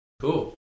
Cool